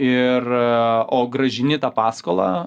ir o grąžini tą paskolą